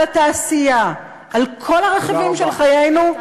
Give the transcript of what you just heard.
לתעשייה, לכל הרכיבים של חיינו.